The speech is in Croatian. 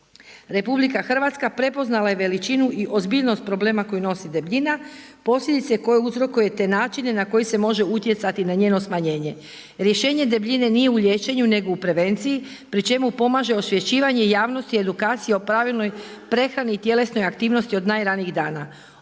RH prepoznala je veličinu i ozbiljnost problema koji nosi debljina, posljedice koje uzrokuje te načine na koje se može utjecati na njeno smanjenje. Rješenje debljine nije u liječenju nego u prevenciji pri čemu pomaže osvješćivanje javnosti, edukacija o pravilnoj prehrani i tjelesnoj aktivnosti od najranijih dana.